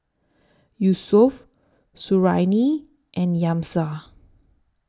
Yusuf Suriani and Amsyar